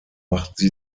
machten